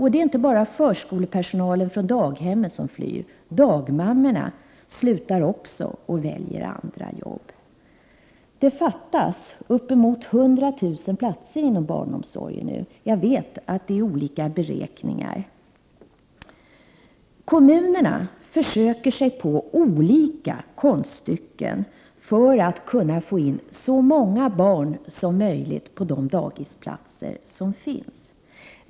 Det är inte bara förskolepersonalen på daghemmen som flyr, utan dagmammorna slutar också och väljer andra jobb. Det fattas uppemot 100 000 platser inom barnomsorgen. Jag vet att det finns olika beräkningar. Kommunerna försöker sig på olika konststycken för att kunna få in så många barn som möjligt på de dagisplatser som finns.